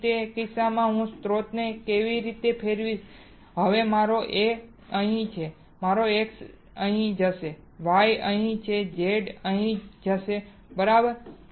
પછી તે કિસ્સામાં હું સ્ત્રોતને એવી રીતે ફેરવીશ કે હવે મારો A અહીં હશે મારો X અહીં જશે Y અહીં જશે Z અહીં જશે બરાબર